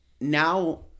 Now